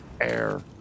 air